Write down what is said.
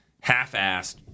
half-assed